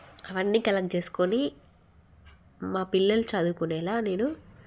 అవన్నీ కలెక్ట్ చేసుకొని మా పిల్లలు చదువుకునేలా నేను